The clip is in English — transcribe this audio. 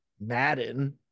Madden